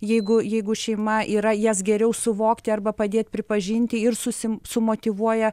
jeigu jeigu šeima yra jas geriau suvokti arba padėt pripažinti ir susi sumotyvuoja